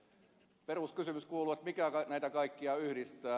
peruskysymys kuuluu mikä näitä kaikkia yhdistää